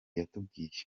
yatubwiye